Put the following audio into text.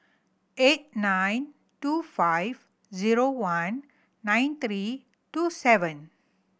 eight nine two five zero one nine three two seven